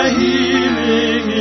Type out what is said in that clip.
healing